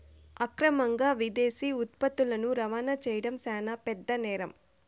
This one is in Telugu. అక్రమంగా విదేశీ ఉత్పత్తులని రవాణా చేయడం శాన పెద్ద నేరం